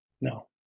No